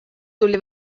tuli